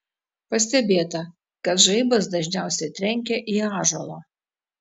pastebėta kad žaibas dažniausiai trenkia į ąžuolą